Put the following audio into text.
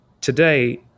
Today